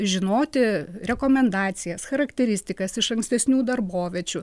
žinoti rekomendacijas charakteristikas iš ankstesnių darboviečių